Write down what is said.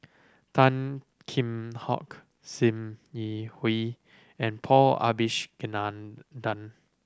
Tan Kheam Hock Sim Yi Hui and Paul Abisheganaden